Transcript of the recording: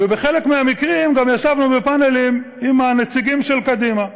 ובחלק מהמקרים גם ישבנו בפאנלים עם הנציגים של קדימה,